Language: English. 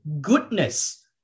goodness